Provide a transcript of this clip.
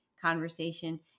conversation